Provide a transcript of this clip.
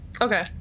Okay